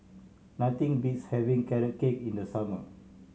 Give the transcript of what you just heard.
nothing beats having Carrot Cake in the summer